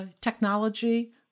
technology